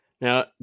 Now